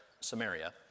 Samaria